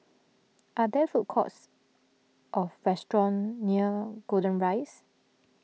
are there food courts or restaurants near Golden Rise